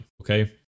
Okay